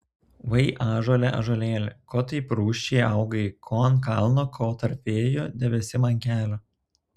vai ąžuole ąžuolėli ko taip rūsčiai augai ko ant kalno ko tarp vėjų debesim ant kelio